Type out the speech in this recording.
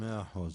מאה אחוז,